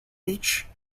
each